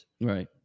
right